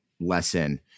lesson